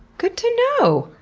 good to know!